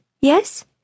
Yes